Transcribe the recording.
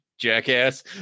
jackass